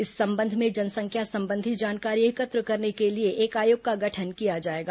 इस संबंध में जनसंख्या संबंधी जानकारी एकत्र करने के लिए एक आयोग का गठन किया जाएगा